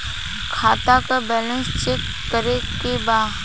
खाता का balance check करे के बा?